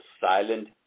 silent